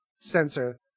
sensor